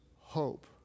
hope